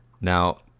Now